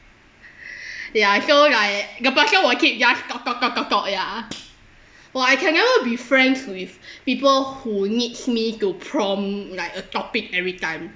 ya so like the person will keep just talk talk talk talk talk ya well I can never be friends with people who needs me to prompt like a topic every time